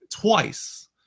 twice